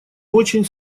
очень